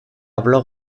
blog